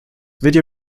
video